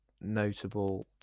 notable